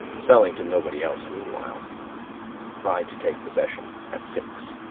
selling to nobody else meanwhile i to take possession at six.